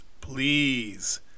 please